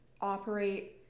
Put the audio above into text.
operate